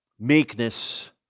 Meekness